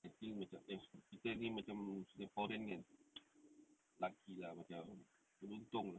I think macam eh kita ni macam singaporean kan lucky lah macam beruntung